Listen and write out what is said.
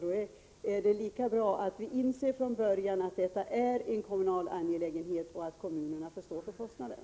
Då är det lika bra att vi från början inser att det här är fråga om en kommunal angelägenhet och att kommunerna bör få stå för kostnaden.